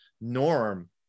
norm